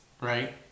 right